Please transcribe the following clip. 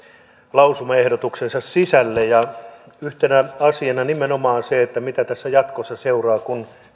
lausumaehdotuksensa sisälle yhtenä asiana nimenomaan on se mitä tässä jatkossa seuraa kun